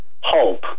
hope